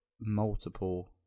multiple